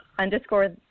underscore